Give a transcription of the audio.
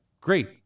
great